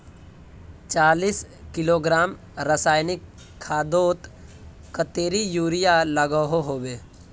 चालीस किलोग्राम रासायनिक खादोत कतेरी यूरिया लागोहो होबे?